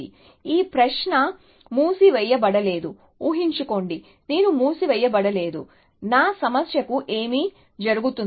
కాబట్టి ఈ ప్రశ్న మూసివేయబడలేదు ఉహించుకోండి నేను మూసివేయబడలేదు నా సమస్యకు ఏమి జరుగుతుంది